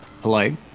polite